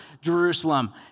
Jerusalem